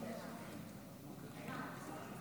שלוש דקות